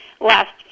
last